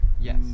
Yes